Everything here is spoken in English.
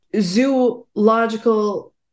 zoological